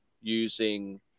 using